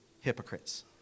hypocrites